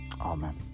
Amen